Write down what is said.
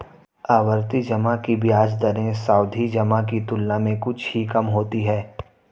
आवर्ती जमा की ब्याज दरें सावधि जमा की तुलना में कुछ ही कम होती हैं